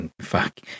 fuck